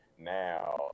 now